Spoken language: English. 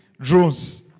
drones